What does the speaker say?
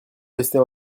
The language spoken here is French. rester